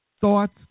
thoughts